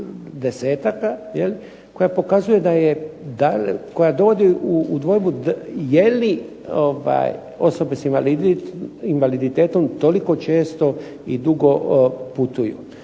desetaka koja pokazuje da je, koja dovodi u dvojbu je li osobe sa invaliditetom toliko često i dugo putuju.